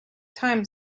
time